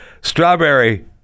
Strawberry